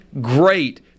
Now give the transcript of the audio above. great